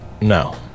No